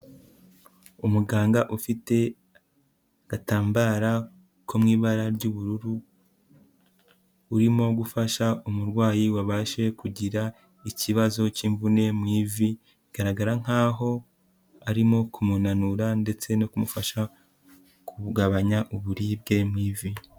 Umuganga ufite agatambara ko mu ibara ry'ubururu, urimo gufasha umurwayi wabashe kugira ikibazo cy'imvune mu ivi, bigaragara nkaho arimo kumunanura ndetse no kumufasha kugabanya uburibwe mu ivi.